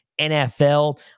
NFL